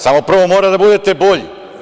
Samo prvo morate da budete bolji.